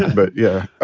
but, yeah,